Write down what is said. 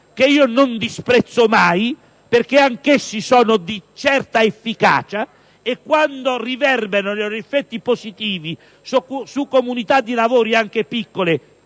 che io non disprezzo, perché anch'essi sono di una certa efficacia e, quando questi riverberano i loro effetti positivi su comunità di lavoro anche piccole,